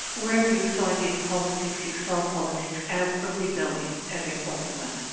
wherever you find in politics, you saw politics as a rebellion, as in guatemala.